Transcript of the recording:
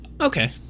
Okay